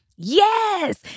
Yes